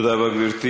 תודה רבה, גברתי.